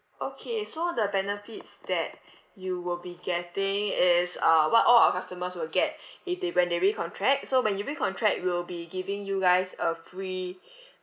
okay so the benefits that you will be getting is uh what all our customers will get if they when they recontract so when you recontract we'll be giving you guys a free